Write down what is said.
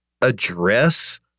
address